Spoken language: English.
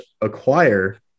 acquire